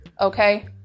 Okay